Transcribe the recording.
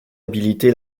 habileté